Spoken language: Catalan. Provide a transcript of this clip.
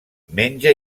menja